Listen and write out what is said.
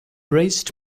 braced